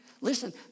Listen